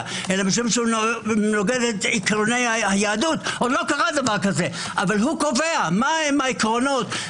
אלא את עיקרי היהדות אבל הוא קובע מה העקרונות,